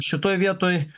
šitoj vietoj